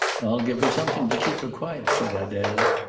i'll give her something to keep her quiet, said adele,